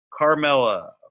Carmella